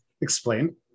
explain